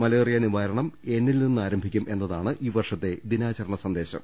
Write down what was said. malaria നിവാരണം എന്നിൽ നിന്ന് ആരംഭിക്കും എന്നതാണ് ഈ വർഷത്തെ ദിനാചരണ സന്ദേശം